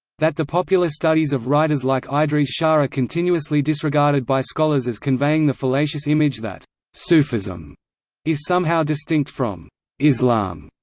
that the popular studies of writers like idries shah are continuously disregarded by scholars as conveying the fallacious image that sufism is somehow distinct from islam.